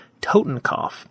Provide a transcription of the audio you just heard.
Totenkopf